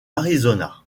arizona